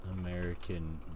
American